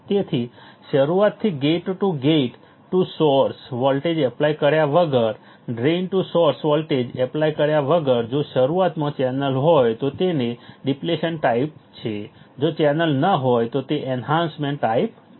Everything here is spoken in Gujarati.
તેથી શરૂઆતથી gate to gate to source voltage apply કર્યા વગર drain to source voltage apply કર્યા વગર જો શરૂઆતમાં ચેનલ હોય તો તેનો ડિપ્લેશન ટાઈપ છે જો ચેનલ ન હોય તો તે એન્હાન્સમેન્ટ ટાઈપ છે